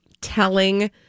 telling